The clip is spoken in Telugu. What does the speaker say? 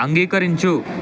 అంగీకరించు